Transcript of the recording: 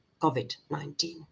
COVID-19